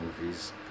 movies